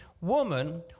woman